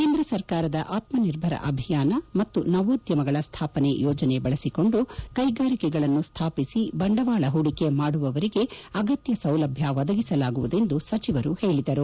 ಕೇಂದ್ರ ಸರ್ಕಾರದ ಆತ್ಮನಿರ್ಭರ ಅಭಿಯಾನ ಮತ್ತು ನವೋದ್ಯಮಗಳ ಸ್ಮಾಪನೆ ಯೋಜನೆ ಬಳಸಿಕೊಂಡು ಕೈಗಾರಿಕೆಗಳನ್ನು ಸ್ಮಾಪಿಸಿ ಬಂಡವಾಳ ಹೂಡಿಕೆ ಮಾಡುವವರಿಗೆ ಅಗತ್ಯ ಸೌಲಭ್ಯ ಒದಗಿಸಲಾಗುವುದು ಎಂದು ಸಚಿವರು ಹೇಳದರು